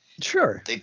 sure